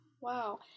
Wow